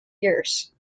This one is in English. years